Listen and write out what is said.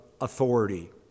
authority